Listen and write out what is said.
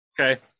okay